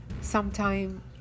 sometime